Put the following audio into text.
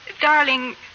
darling